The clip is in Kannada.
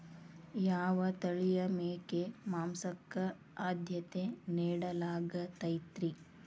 ಯಾವ ತಳಿಯ ಮೇಕೆ ಮಾಂಸಕ್ಕ, ಆದ್ಯತೆ ನೇಡಲಾಗತೈತ್ರಿ?